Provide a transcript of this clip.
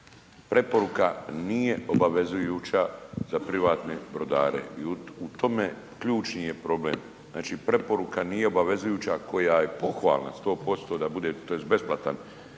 Preporuka nije obavezujuća za privatne brodare i u tome ključni je problem, znači preporuka nije obavezujuća, koja je pohvalna 100% da bude tj. besplatan